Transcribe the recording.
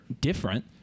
different